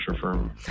firm